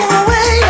away